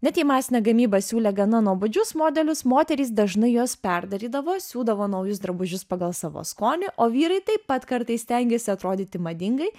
net jei masinė gamyba siūlė gana nuobodžius modelius moterys dažnai juos perdarydavo siūdavo naujus drabužius pagal savo skonį o vyrai taip pat kartais stengėsi atrodyti madingai